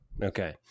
Okay